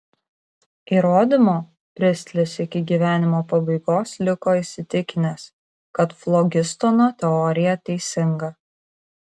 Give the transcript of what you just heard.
įrodymo pristlis iki gyvenimo pabaigos liko įsitikinęs kad flogistono teorija teisinga